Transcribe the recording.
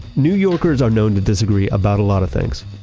new yorkers are known to disagree about a lot of things.